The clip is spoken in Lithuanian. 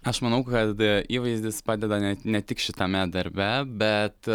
aš manau kad įvaizdis padeda ne tik šitame darbe bet